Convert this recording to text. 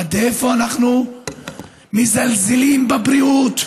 עד איפה אנחנו מזלזלים בבריאות?